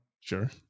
Sure